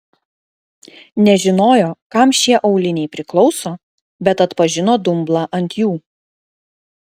nežinojo kam šie auliniai priklauso bet atpažino dumblą ant jų